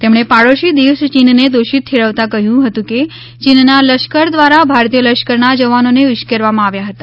તેમણે પાડોશી દેશ ચીનને દોષિત ઠેરવતાં કહયું હતું કે ચીનના લશ્કર દ્વારા ભારતીય લશ્કરના જવાનોને ઉશ્કેરવામાં આવ્યા હતા